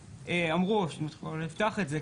מוצע להוסיף הגדרה של נבחר הציבור, כי